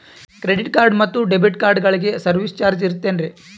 Credit card ಮತ್ತು debit ಕಾರ್ಡಗಳಿಗೆ service charge ಇರುತೇನ್ರಿ?